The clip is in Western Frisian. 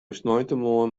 sneintemoarn